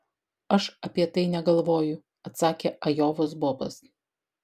aš apie tai negalvoju atsakė ajovos bobas